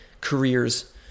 careers